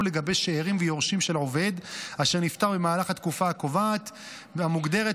לגבי שאירים ויורשים של עובד אשר נפטר במהלך התקופה הקובעת והמוגדרת